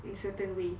in certain way